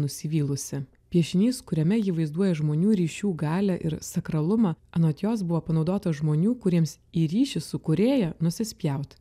nusivylusi piešinys kuriame ji vaizduoja žmonių ryšių galią ir sakralumą anot jos buvo panaudota žmonių kuriems į ryšį su kūrėja nusispjaut